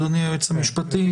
אדוני היועץ המשפטי.